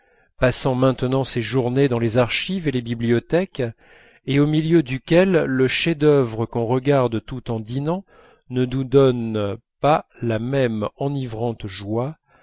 passant maintenant ses journées dans les archives et les bibliothèques et au milieu duquel le chef-d'œuvre qu'on regarde tout en dînant ne nous donne pas la même enivrante joie